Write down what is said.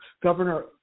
governor